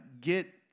get